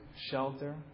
shelter